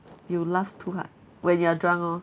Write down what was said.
you laugh too hard when you're drunk orh